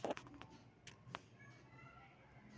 खाते उघडण्यासाठी गॅरेंटरची गरज असते का?